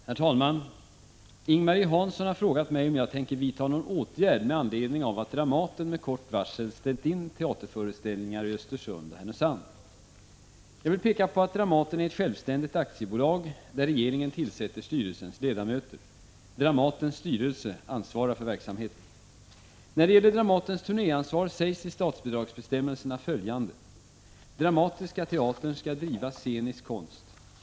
Herr talman! Ing-Marie Hansson har frågat mig om jag tänker vidta någon åtgärd med anledning av att Dramaten med kort varsel ställt in teaterföreställningar i Östersund och Härnösand. Jag vill peka på att Dramaten är ett självständigt aktiebolag där regeringen tillsätter styrelsens ledamöter. Dramatens styrelse ansvarar för verksamheten. När det gäller Dramatens turnéansvar sägs i statsbidragsbestämmelserna följande. Dramatiska teatern skall driva scenisk konst.